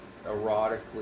erotically